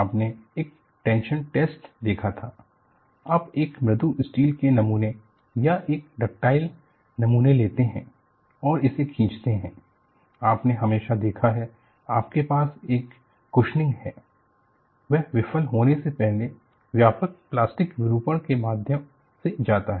आपने एक tension test देखा था आप एक मृदु स्टील के नमूने या एक डक्टाइल नमूने लेते हैं और इसे खींचते हैं आपने हमेशा देखा है आपके पास एक कुशनिंग है यह विफल होने से पहले व्यापक प्लास्टिक विरूपण के माध्यम से जाता है